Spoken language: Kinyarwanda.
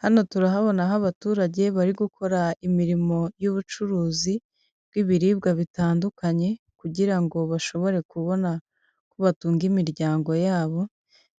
Hano turahabona aho abaturage bari gukora imirimo y'ubucuruzi bw'ibiribwa bitandukanye, kugira ngo bashobore kubona ko batunga imiryango yabo,